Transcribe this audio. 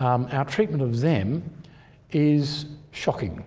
our treatment of them is shocking.